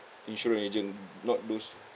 insurance agent not those